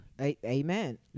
amen